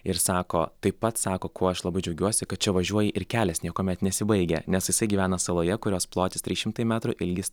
ir sako taip pat sako kuo aš labai džiaugiuosi kad čia važiuoji ir kelias niekuomet nesibaigia nes jisai gyvena saloje kurios plotis trys šimtai metrų ilgis